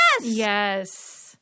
Yes